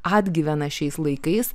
atgyvena šiais laikais